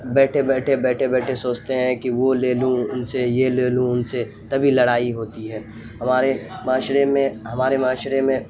بیٹھے بیٹھے بیٹھے بیٹھے سوچتے ہیں کہ وہ لے لوں ان سے یہ لے لوں ان سے تبھی لڑائی ہوتی ہے ہمارے معاشرے میں ہمارے معاشرے میں